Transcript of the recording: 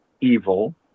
evil